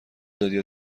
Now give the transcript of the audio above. دادیا